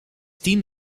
tien